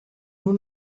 nur